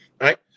right